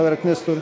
חבר הכנסת,